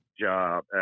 job